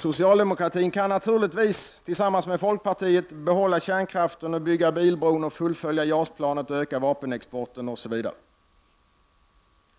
Socialdemokratin kan naturligtvis tillsammans med folkpartiet behålla kärnkraften och bygga bilbron, fullfölja JAS-planet, öka vapenexporten osv.